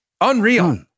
Unreal